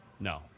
No